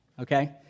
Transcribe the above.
okay